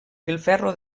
filferro